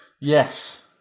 Yes